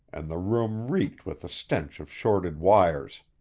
and the room reeked with the stench of shorted wires.